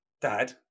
dad